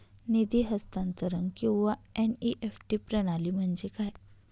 निधी हस्तांतरण किंवा एन.ई.एफ.टी प्रणाली म्हणजे काय?